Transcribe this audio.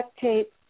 tape